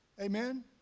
amen